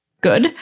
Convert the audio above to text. good